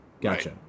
Gotcha